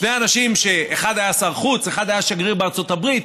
שני אנשים שאחד היה שר חוץ ואחד היה שגריר בארצות הברית.